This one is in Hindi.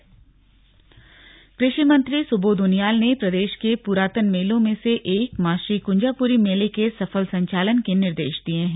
स्लग नवरात्र कृषि मंत्री सुबोध उनियाल ने प्रदेश के पुरातन मेलों में से एक मां श्री कुंजापुरी मेले के सफल संचालन के निर्देश दिये हैं